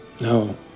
No